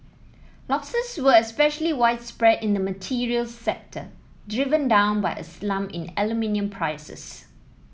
losses were especially widespread in the materials sector driven down by a slump in aluminium prices